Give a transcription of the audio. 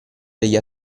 degli